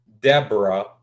Deborah